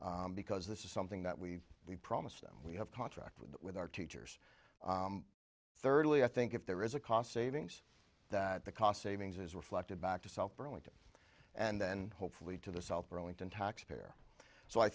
care because this is something that we've been promised and we have contracted with our teachers thirdly i think if there is a cost savings that the cost savings is reflected back to south burlington and then hopefully to the south burlington taxpayer so i